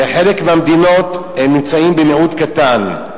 בחלק מהמדינות הם נמצאים במיעוט קטן.